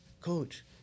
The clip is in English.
coach